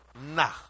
Nah